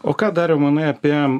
o ką dariau manai apie